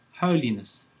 holiness